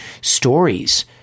stories